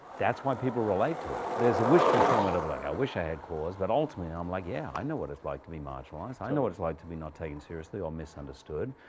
that's why people relate to it. there's a wish fulfillment of like, i wish i had claws, but ultimately i'm um like, yeah, i know what it's like to be marginalized. i know what it's like to be not taken seriously, or misunderstood.